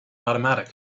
automatic